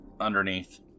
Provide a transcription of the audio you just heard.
underneath